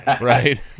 right